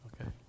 Okay